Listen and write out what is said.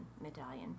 Medallion